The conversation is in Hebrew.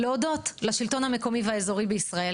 להודות לשלטון המקומי והאזורי בישראל,